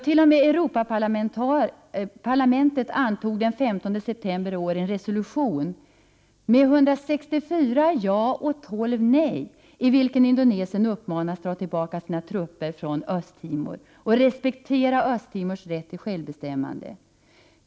T.o.m. Europaparlamentet antog den 15 september 1988 med 164 ja och 12 nej en resolution i vilken Indonesien uppmanas att dra tillbaka sina trupper från Östtimor och att respektera Östtimors rätt till självbestämmande.